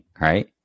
right